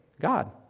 god